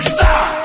Stop